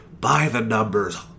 by-the-numbers